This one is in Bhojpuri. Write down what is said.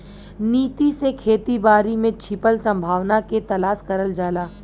नीति से खेती बारी में छिपल संभावना के तलाश करल जाला